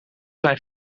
zijn